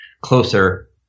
closer